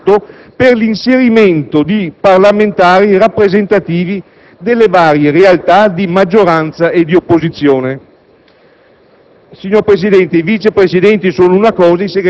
un raccordo tra Camera e Senato per l'inserimento di parlamentari rappresentativi delle varie realtà di maggioranza e di opposizione.